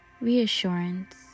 reassurance